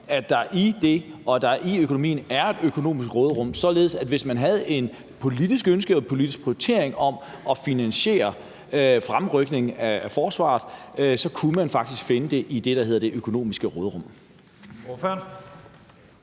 at der i det og at der i økonomien er et økonomisk råderum, således at hvis man havde et politisk ønske eller en politisk prioritering om at finansiere fremrykningen af forsvaret, kunne man faktisk finde det i det, der hedder det økonomiske råderum.